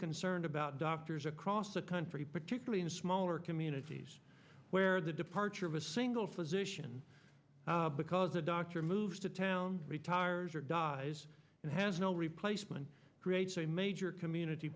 concerned about doctors across the country particularly in smaller communities where the departure of a single physician because a doctor moved to town retires or dies and has no replacement creates a major community